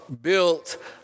built